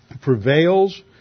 prevails